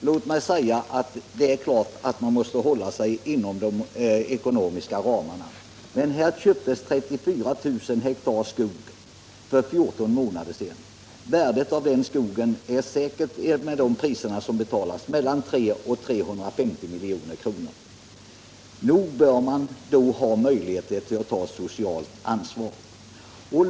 Herr talman! Det är klart att man måste hålla sig inom de ekonomiska ramarna. Men här köptes 34 000 hektar skog för 14 månader sedan. Värdet av den skogen är säkert med de priser som nu betalas mellan 300 och 350 milj.kr. Nog bör man då ha möjligheter att ta socialt ansvar.